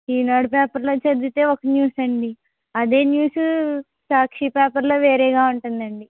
ఈనాడు పేపర్లో చదివితే ఒక న్యూస్ అండి అదే న్యూసు సాక్షి పేపర్లో వేరేగా ఉంటుందండి